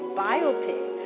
biopic